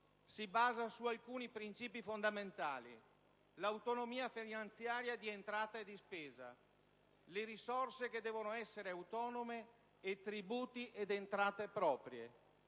si basa su alcuni principi fondamentali: autonomia finanziaria di entrata e di spesa, risorse autonome e tributi ed entrate proprie.